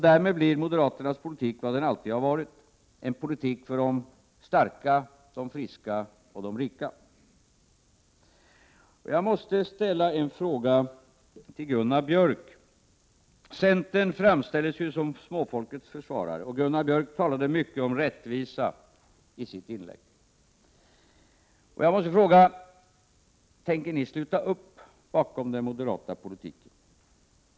Därmed blir moderaternas politik vad den alltid har varit, nämligen en politik för de starka, friska och rika. Centern framställer sig ju som småfolkets försvarare, och Gunnar Björk talade mycket om rättvisa i sitt inlägg. Jag måste då fråga Gunnar Björk: Tänker ni sluta upp bakom den moderata politiken?